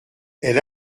elle